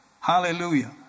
Hallelujah